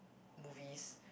movies